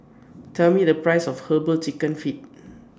Tell Me The priceS of Herbal Chicken Feet